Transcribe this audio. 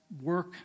work